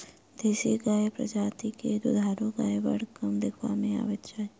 देशी गायक प्रजाति मे दूधारू गाय बड़ कम देखबा मे अबैत अछि